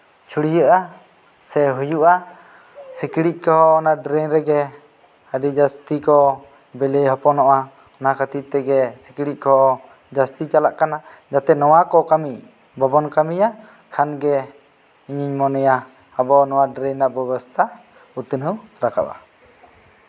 ᱪᱷᱩᱲᱭᱟᱹᱜᱼᱟ ᱥᱮ ᱦᱩᱭᱩᱜᱼᱟ ᱥᱤᱸᱠᱬᱤᱡ ᱠᱚ ᱚᱱᱟ ᱰᱨᱮᱱ ᱨᱮᱜᱮ ᱟᱹᱰᱤ ᱡᱟᱹᱥᱛᱤ ᱠᱚ ᱵᱤᱞᱤ ᱦᱚᱯᱚᱱᱚᱜᱼᱟ ᱚᱱᱟ ᱠᱷᱟᱹᱛᱤᱨ ᱛᱮᱜᱮ ᱥᱤᱸᱠᱬᱤᱡ ᱠᱮ ᱡᱟᱹᱥᱛᱤ ᱪᱟᱞᱟᱜ ᱠᱟᱱᱟ ᱡᱟᱛᱮ ᱱᱚᱶᱟ ᱠᱚ ᱠᱟᱹᱢᱤ ᱵᱟᱵᱚᱱ ᱠᱟᱢᱤᱭᱟ ᱠᱷᱟᱱ ᱜᱮ ᱤᱧᱤᱧ ᱢᱚᱱᱮᱭᱟ ᱟᱵᱚ ᱱᱚᱶᱟ ᱰᱨᱮᱱ ᱨᱮᱭᱟᱜ ᱵᱮᱵᱚᱥᱛᱷᱟ ᱩᱛᱱᱟᱹᱣ ᱨᱟᱠᱟᱵᱼᱟ